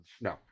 No